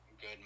good